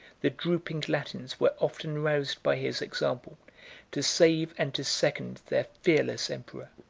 the drooping latins were often roused by his example to save and to second their fearless emperor.